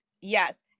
Yes